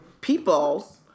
people